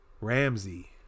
Ramsey